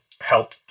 help